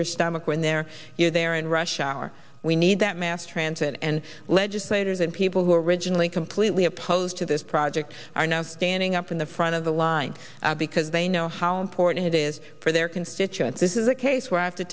your stomach when there you are there in rush hour we need that mass transit and legislators and people who originally completely opposed to this project are now standing up in the front of the line because they know how important it is for their constituents this is a case where i have to